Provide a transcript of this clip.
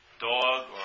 dog